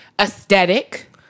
Aesthetic